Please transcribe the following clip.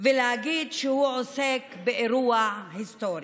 ולהגיד שהוא עוסק באירוע היסטורי.